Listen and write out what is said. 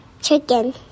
Chicken